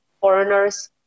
foreigners